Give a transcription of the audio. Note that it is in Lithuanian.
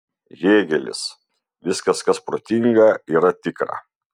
hėgelis viskas kas protinga yra tikra